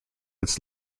its